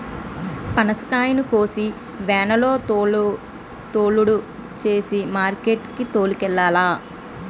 పనసకాయలను కోసి వేనులో లోడు సేసి మార్కెట్ కి తోలుకెల్లాల